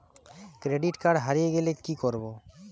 Credit card হারিয়ে গেলে কি করব?